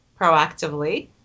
proactively